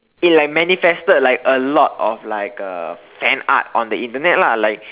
it like manifested like a lot of like a fan art on the Internet lah like